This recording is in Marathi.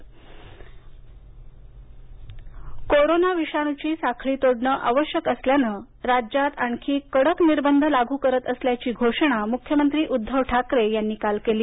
मुख्यमंत्री कोरोना विषाणूची साखळी तोडण आवश्यक असल्याने राज्यात आणखी कडक निर्बंध लागू करत असल्याची घोषणा मुख्यमंत्री उद्धव ठाकरे यांनी काल केली